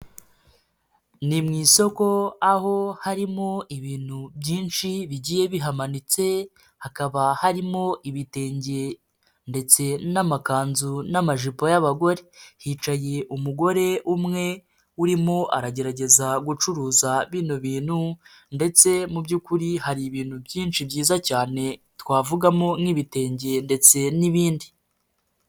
Ni mu isoko aho harimo ibintu byinshi bigiye bihamanitse, hakaba harimo ibitenge ndetse n'amakanzu n'amajipo y'abagore. Hicaye umugore umwe, urimo aragerageza gucuruza bino bintu ndetse mu by'ukuri hari ibintu byinshi byiza cyane, twavugamo nk'ibitenge ndetse n'ibindi.